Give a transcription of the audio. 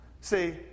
See